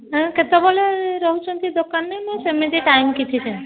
ଆପଣ କେତେ ବେଳେ ରହୁଛନ୍ତି ଦୋକାନରେ ନା ସେମିତି ଟାଇମ୍ କିଛି ନାହିଁ